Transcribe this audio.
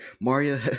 Maria